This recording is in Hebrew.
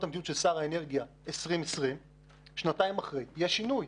המדיניות של שר האנרגיה 2020" יש שינוי,